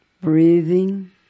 Breathing